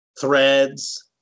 threads